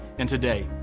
and today,